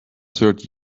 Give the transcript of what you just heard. third